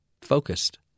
focused